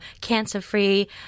cancer-free